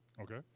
Okay